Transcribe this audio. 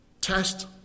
Test